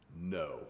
no